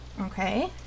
Okay